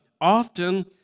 often